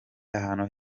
ahantu